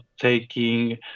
taking